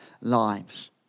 lives